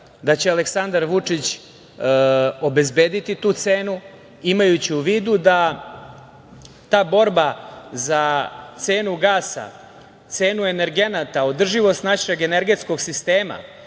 da će Aleksandar Vučić obezbediti tu cenu, imajući u vidu da ta borba za cenu gasa, cenu energenata, održivost našeg energetskog sistema,